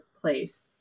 place